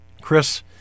Chris